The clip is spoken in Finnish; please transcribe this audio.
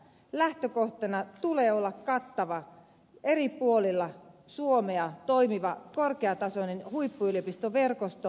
lähtökohtana tulee olla kattava eri puolilla suomea toimiva korkeatasoinen huippuyliopistoverkosto